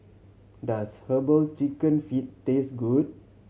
does Herbal Chicken Feet taste good